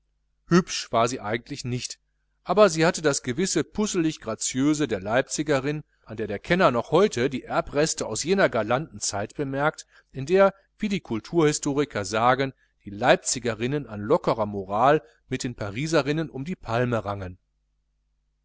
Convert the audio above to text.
hübsch war sie eigentlich nicht aber sie hatte das gewisse pusselig graziöse der leipzigerin an der der kenner noch heute die erbreste aus jener galanten zeit bemerkt in der wie die kulturhistoriker sagen die leipzigerinnen an lockerer moral mit den pariserinnen um die palme rangen